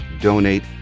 donate